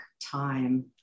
time